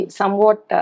somewhat